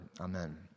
Amen